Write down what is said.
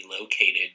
located